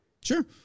Sure